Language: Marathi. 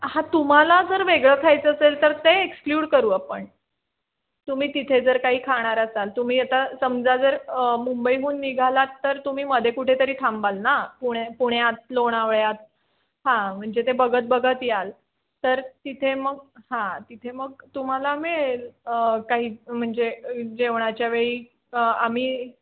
हां तुम्हाला जर वेगळं खायचं असेल तर ते एक्सक्ल्यूड करू आपण तुम्ही तिथे जर काही खाणार असाल तुम्ही आता समजा जर मुंबईहून निघालात तर तुम्ही मध्ये कुठे तरी थांबाल ना पुणे पुण्यात लोणावळ्यात हां म्हणजे ते बघत बघत याल तर तिथे मग हां तिथे मग तुम्हाला मिळेल काही म्हणजे जेवणाच्या वेळी आम्ही